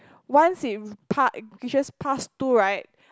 once it past reaches past two right